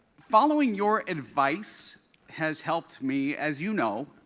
following your advice has helped me, as you know,